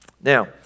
Now